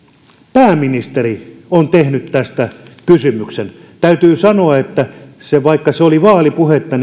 pääministeri on tehnyt tästä kysymyksen täytyy sanoa vaikka se oli vaalipuhetta